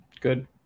Good